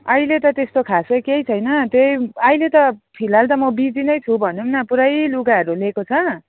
अहिले त त्यस्तो खासै केही छैन त्यही अहिले त फिलहाल त म बिजी नै छु भनौँ न पुरै लुगाहरू लिएको छ